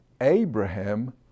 Abraham